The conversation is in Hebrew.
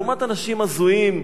לעומת אנשים הזויים,